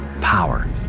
power